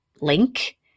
link